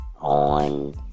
on